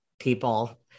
people